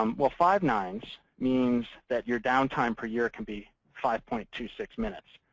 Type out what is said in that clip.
um well, five nines means that your downtime per year can be five point two six minutes.